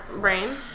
brain